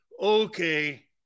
okay